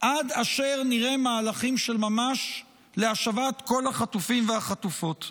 עד אשר נראה מהלכים של ממש להשבת כל החטופים והחטופות.